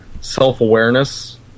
self-awareness